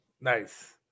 Nice